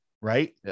right